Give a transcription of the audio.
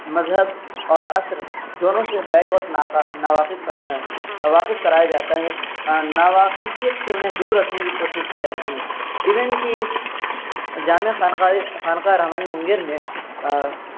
مذہب اور عصر دونوں سے بییک وقت واقف کرایا جاتا ہے ناواقفیت سے انہیں دور رکھنے کی کوشش کی جاتی ہے ایون کی جامع خانکاری خانکار رحمانی منگر نے